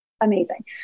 amazing